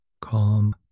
Calm